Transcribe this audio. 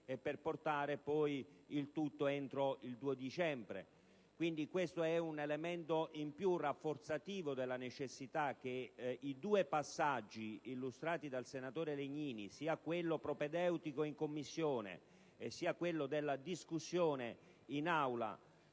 e per presentare il tutto in Aula entro il 2 dicembre prossimo. Questo è un elemento in più, rafforzativo della necessità che i due passaggi illustrati dal senatore Legnini - sia quello propedeutico, in Commissione, sia quello della discussione in Aula